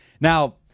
Now